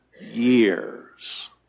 years